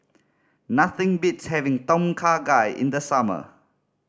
nothing beats having Tom Kha Gai in the summer